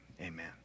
amen